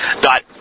dot